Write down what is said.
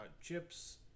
Chips